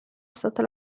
stata